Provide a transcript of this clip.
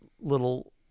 little